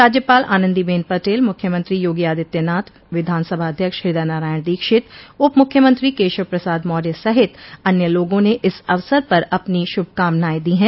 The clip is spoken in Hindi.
राज्यपाल आनंदीबेन पटेल मुख्यमंत्री योगी आदित्यनाथ विधानसभा अध्यक्ष हृदयनारायण दीक्षित उपमुख्यमंत्री केशव प्रसाद मौय सहित अन्य लोगों ने इस अवसर पर अपनी शुभकामनाएं दी हैं